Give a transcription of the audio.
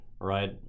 right